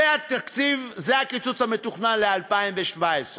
זה הקיצוץ המתוכנן ל-2017,